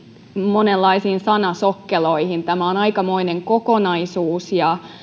monenlaisiin sanasokkeloihin tämä on aikamoinen kokonaisuus